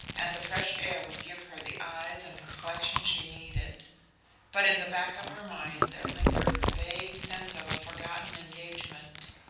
and the fresh air would give her the eyes and complexion she needed but in the back of her mind there lingered the vague sense of a forgotten engagement.